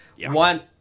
One